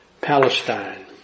Palestine